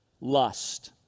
lust